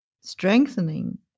strengthening